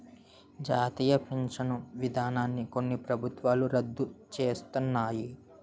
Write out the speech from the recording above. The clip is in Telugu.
జాతీయ పించను విధానాన్ని కొన్ని ప్రభుత్వాలు రద్దు సేస్తన్నాయి